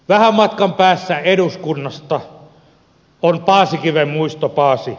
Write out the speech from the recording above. vähän matkan päässä eduskunnasta on paasikiven muistopaasi